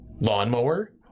lawnmower